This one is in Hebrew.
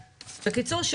בקיצור,